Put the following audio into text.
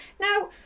Now